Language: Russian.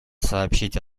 сообщить